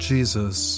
Jesus